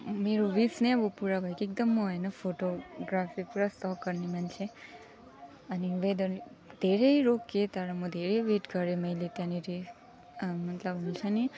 मेरो विस नै अब पुरा भयो कि एकदम म होइन फोटोग्राफी पुरा सोख गर्ने मान्छे अनि वेदरले धेरै रोकिएँ तर म धेरै वेट गरेँ मैले त्यहाँनिर आ मतलब हुन्छ नि